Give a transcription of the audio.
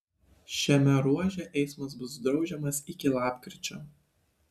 šiame ruože eismas bus draudžiamas iki lapkričio